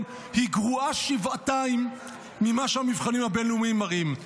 היא גרועה שבעתיים ממה שהמבחנים הבין-לאומיים מראים.